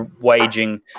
waging